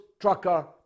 trucker